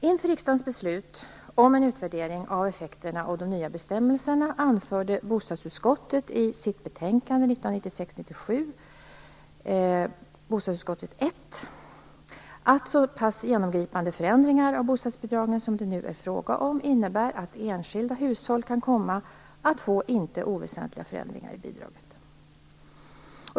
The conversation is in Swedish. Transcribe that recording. Inför riksdagens beslut om en utvärdering av effekterna av de nya bestämmelserna anförde bostadsutskottet i sitt betänkande 1996/97:BoU1, att så pass genomgripande förändringar av bostadsbidragen som det nu är fråga om innebär att enskilda hushåll kan komma att få inte oväsentliga förändringar av bidraget.